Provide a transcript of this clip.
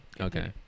Okay